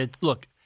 look